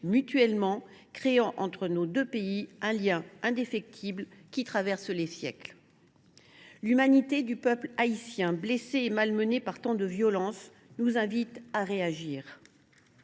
mutuellement, créant entre nos deux pays un lien indéfectible qui traverse les siècles. L’humanité du peuple haïtien, blessé et malmené par tant de violence, nous invite à réagir.